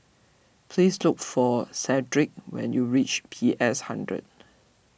please look for Cedrick when you reach P S hundred